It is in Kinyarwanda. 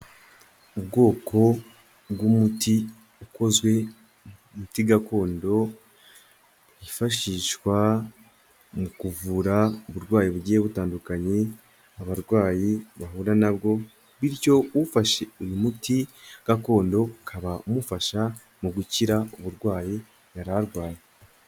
Ubwoko bw'umuti ukozwe mu miti gakondo yifashishwa mu kuvura uburwayi bugiye butandukanye abarwayi bahura nabwo. Bityo ufashe uyu muti gakondo ukaba umufasha mu gukira uburwayi yari arwaye.